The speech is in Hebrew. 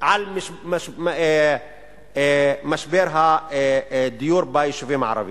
את משבר הדיור ביישובים הערביים: